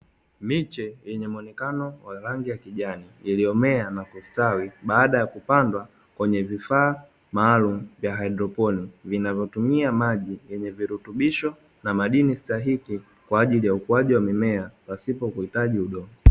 Miche yenye muonekano wa rangi ya kijani, iliyomea na kustawi baada ya kupandwa kwenye vifaa maalumu vya "haidroponik" vinavyotumia maji yenye virutubisho na madini stahiki kwa ajili ya ukuaji wa mimea pasipo kuhitaji udongo.